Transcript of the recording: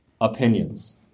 opinions